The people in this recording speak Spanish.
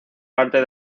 arte